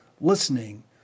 listening